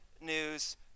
news